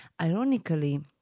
Ironically